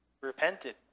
repented